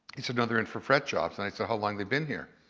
he said, no, they're in for fret jobs. and i said, how long they been here?